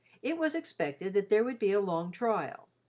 it was expected that there would be a long trial,